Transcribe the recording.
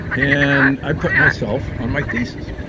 and i put myself on my thesis.